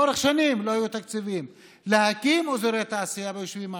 לאורך שנים לא היו תקציבים להקים אזורי תעשייה ביישובים הערביים.